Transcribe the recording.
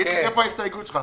איציק, איפה ההסתייגות שלך?